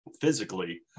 physically